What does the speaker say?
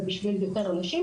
ובשביל יותר אנשים,